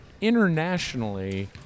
internationally